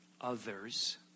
others